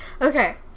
Okay